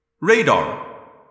Radar